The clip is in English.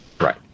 Right